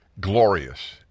glorious